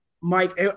Mike